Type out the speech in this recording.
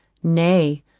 nay,